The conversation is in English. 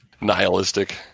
Nihilistic